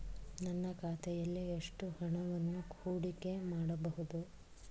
ನನ್ನ ಖಾತೆಯಲ್ಲಿ ಎಷ್ಟು ಹಣವನ್ನು ಹೂಡಿಕೆ ಮಾಡಬಹುದು?